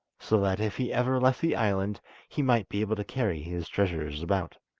so that if he ever left the island he might be able to carry his treasures about.